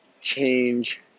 change